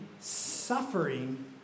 suffering